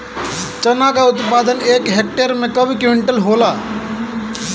चना क उत्पादन एक हेक्टेयर में कव क्विंटल होला?